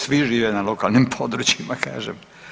Svi žive na lokalnim područjima, kažem.